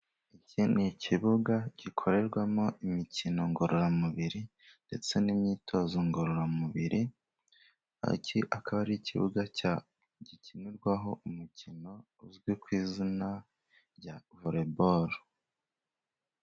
Iki ni ikibuga gikorerwamo imikino ngororamubiri, ndetse n’imyitozo ngororamubiri. Iki akaba ari ikibuga gikinirwaho umukino uzwi ku izina rya voleboro.